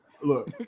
look